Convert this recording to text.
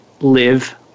live